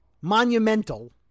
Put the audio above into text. monumental